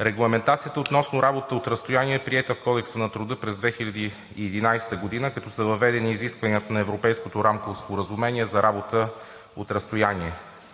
Регламентацията относно работата от разстояние е приета в Кодекса на труда през 2011 г., като са въведени изискванията на Европейското рамково споразумение за работа от разстояние.